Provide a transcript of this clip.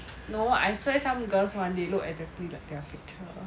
no I swear some girls [one] they look exactly their picture